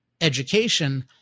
education